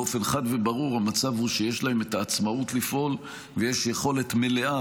באופן חד וברור המצב הוא שיש להם את העצמאות לפעול ויש יכולת מלאה,